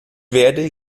werde